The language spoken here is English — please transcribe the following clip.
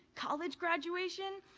college graduation?